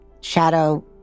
shadow